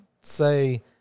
say